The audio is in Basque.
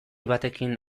batekin